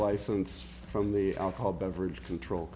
license from the alcohol beverage control